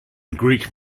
greek